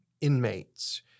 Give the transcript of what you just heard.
inmates